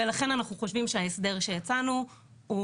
ולכן אנחנו חושבים שההסדר שהצענו הוא